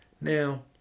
Now